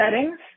settings